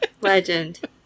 legend